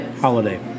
holiday